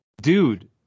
dude